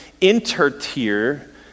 inter-tier